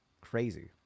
crazy